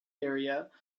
area